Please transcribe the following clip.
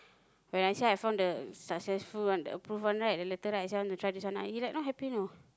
when I say I found the successful one the approved one right the letter right I say I want to try this one he like not happy you know